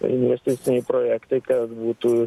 investiciniai projektai kad būtų